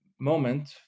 moment